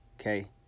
okay